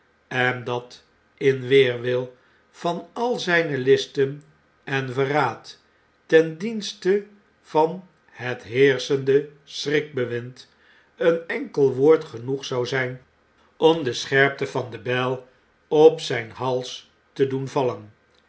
en dat in weerwil van al zijne listen en verraad ten dienste van het heerschende schrikbewind een enkel woord genoeg zou zijn om de scherpte van de bijl op zijn hals te doen vallen